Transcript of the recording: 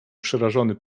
przerażony